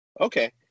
Okay